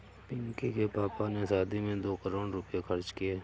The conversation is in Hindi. पिंकी के पापा ने शादी में दो करोड़ रुपए खर्च किए